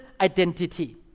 identity